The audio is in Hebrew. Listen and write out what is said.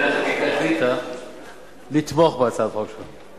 אז אני רוצה לבשר לך שוועדת השרים החליטה לתמוך בהצעת החוק שלכם.